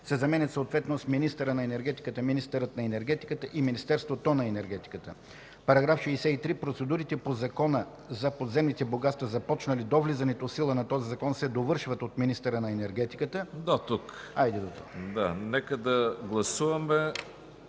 се заменят съответно с „министъра на енергетиката”, „министърът на енергетиката” и „Министерството на енергетиката”. § 63. Процедурите по Закона за подземните богатства, започнали до влизането в сила на този закон, се довършват от министъра на енергетиката.” ПРЕДСЕДАТЕЛ ЯНАКИ СТОИЛОВ: Нека да гласуваме